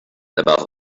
above